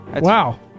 Wow